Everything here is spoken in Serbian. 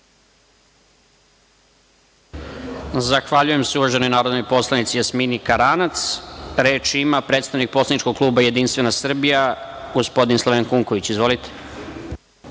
Zahvaljujem se uvaženoj narodnoj poslanici Jasmini Karanac. Reč ima predstavnik poslaničkog kluba Jedinstvena Srbija, gospodin Slavenko Unković. Izvolite.